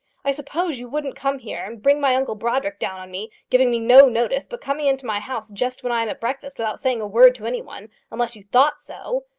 i suppose you wouldn't come here and bring my uncle brodrick down on me giving me no notice, but coming into my house just when i am at breakfast, without saying a word to any one unless you thought so.